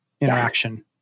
interaction